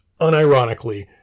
unironically